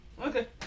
okay